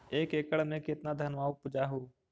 एक एकड़ मे कितना धनमा उपजा हू?